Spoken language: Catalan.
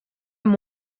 amb